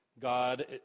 God